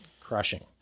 Crushing